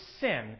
sin